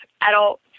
adult